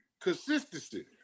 consistency